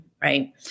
Right